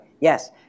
yes